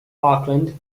auckland